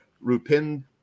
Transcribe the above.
Rupin